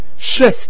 shift